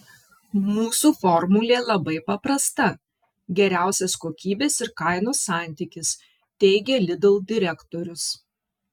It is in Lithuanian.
mūsų formulė labai paprasta geriausias kokybės ir kainos santykis teigė lidl direktorius